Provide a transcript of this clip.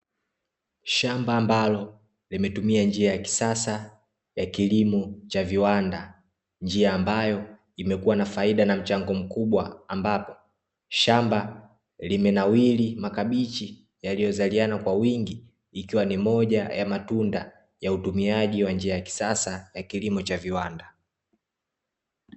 Shamba ambalo limetumia njia ya kisasa ya kilimo cha viwanda, njia ambayo imekua na faida na mchango mkubwa ambapo, shamba limenawiri makabichi yaliyozaliana kwa wingi, ikiwa ni moja ya matunda ya utumiaji wa njia ya kisasa ya kilimo cha viwanda.